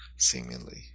seemingly